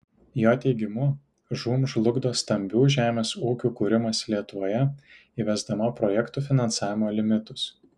jo teigimu žūm žlugdo stambių žemės ūkių kūrimąsi lietuvoje įvesdama projektų finansavimo limitus